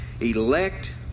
elect